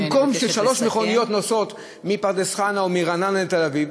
ובמקום ששלוש מכוניות נוסעות מפרדס-חנה או מרעננה לתל-אביב,